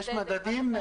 יש מדדים?